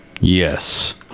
yes